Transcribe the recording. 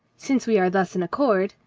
since we are thus in accord,